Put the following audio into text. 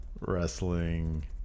Wrestling